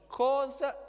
cosa